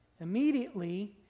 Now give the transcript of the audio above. Immediately